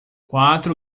quatro